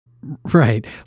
Right